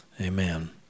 Amen